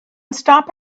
stop